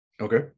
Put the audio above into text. Okay